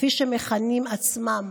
כפי שהם מכנים עצמם,